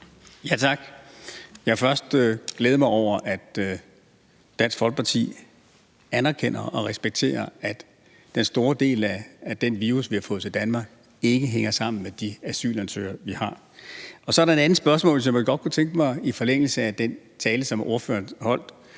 Jeg vil først glæde mig over, at Dansk Folkeparti anerkender og respekterer, at den store del af den virus, vi har fået til Danmark, ikke hænger sammen med de asylansøgere, vi har. Så er der et andet spørgsmål, som jeg godt kunne tænke mig at få svar på, i forlængelse af den tale, som ordføreren holdt.